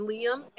Liam